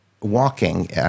walking